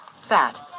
Fat